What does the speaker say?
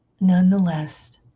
Nonetheless